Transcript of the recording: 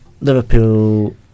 Liverpool